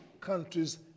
countries